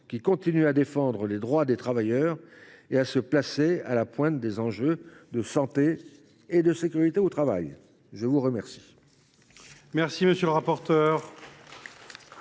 qui continue à défendre les droits des travailleurs et à se placer à la pointe des enjeux de santé et de sécurité au travail. La parole